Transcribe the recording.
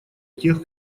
тех